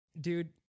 dude